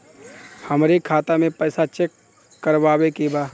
हमरे खाता मे पैसा चेक करवावे के बा?